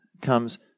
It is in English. comes